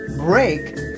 break